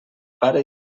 pare